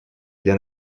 для